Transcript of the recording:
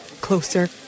closer